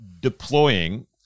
deploying